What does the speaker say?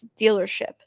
dealership